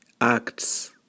Acts